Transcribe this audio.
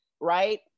right